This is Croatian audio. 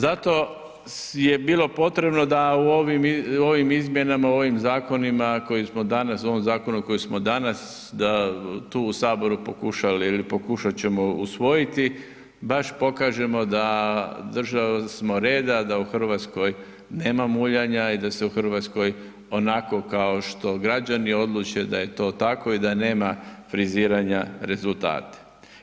Zato je bilo potrebno da u ovim izmjenama, u ovim zakonima koje smo danas u ovom zakonu koji smo danas tu u Saboru pokušali ili pokušati ćemo usvojiti baš pokažemo da država smo reda, da u Hrvatskoj nema muljanja i da se u Hrvatskoj onako kao što građani odluče da je to tako i da nema friziranja rezultata.